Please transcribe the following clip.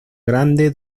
grande